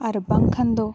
ᱟᱨ ᱵᱟᱝ ᱠᱷᱟᱱ ᱫᱚ ᱵᱟᱝ